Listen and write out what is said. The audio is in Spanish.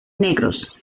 negros